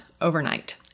overnight